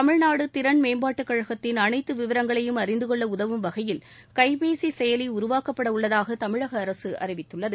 தமிழ்நாடு திறன் மேம்பாட்டுக் கழகத்தின் அனைத்து விவரங்களையும் அழிந்து கொள்ள உதவும் வகையில் கைப்பேசி செயலியை உருவாக்கப்பட உள்ளதாக தமிழக அரசு அறிவித்துள்ளது